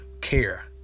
care